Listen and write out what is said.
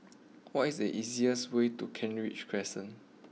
what is the easiest way to Kent Ridge Crescent